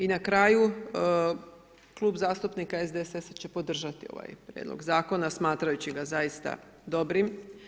I na kraju, Klub zastupnika SDSS-a će podržati ovaj prijedlog zakona smatrajući ga zaista dobrim.